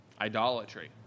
Idolatry